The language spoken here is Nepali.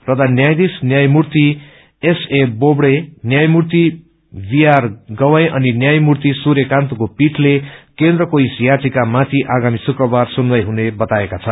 प्रधान न्यायाधीश न्यायमूति एसए बोबड़े न्यायमूति बीआर गवई अनि न्यायपूर्ति सूर्यकान्तको पीठले केन्द्रस्ते यस याचिकामाथि आगामी शुक्रबार सुनवाई हुने बताएका छन्